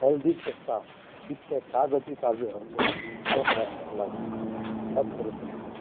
फाइलदिस जस्ता वित्तीय कागजी कार्यहरूको ट्रयाक राख्नका लागि एपहरू पनि छन्